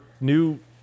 new